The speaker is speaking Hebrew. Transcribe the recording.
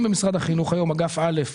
נמצאים היום במשרד החינוך, אגף א',